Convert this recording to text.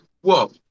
whoa